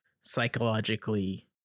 psychologically